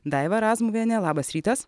daiva razmuviene labas rytas